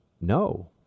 no